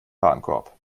warenkorb